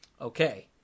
Okay